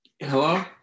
Hello